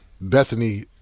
Bethany